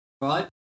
Right